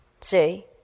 See